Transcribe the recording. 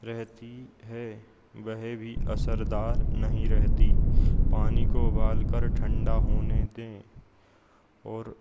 रहती है वह भी असरदार नहीं रहती पानी को उबालकर ठंडा होने दें और